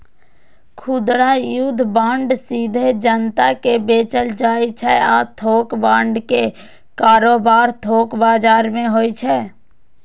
खुदरा युद्ध बांड सीधे जनता कें बेचल जाइ छै आ थोक बांड के कारोबार थोक बाजार मे होइ छै